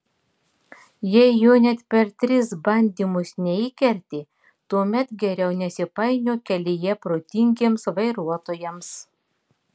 jei jo net per tris bandymus neįkerti tuomet geriau nesipainiok kelyje protingiems vairuotojams